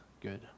good